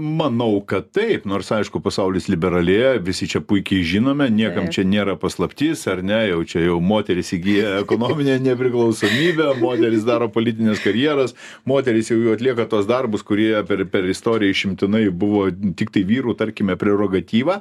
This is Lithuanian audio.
manau kad taip nors aišku pasaulis liberalėja visi čia puikiai žinome niekam čia nėra paslaptis ar ne jau čia jau moterys įgyja ekonominę nepriklausomybę moterys daro politines karjeras moterys jau jau atlieka tuos darbus kurie per per istoriją išimtinai buvo tiktai vyrų tarkime prerogatyva